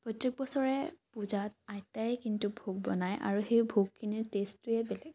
প্ৰত্যেক বছৰে পূজাত আইতাইয়ে কিন্তু ভোগ বনায় আৰু সেই ভোগখিনিৰ টেষ্টটোৱে বেলেগ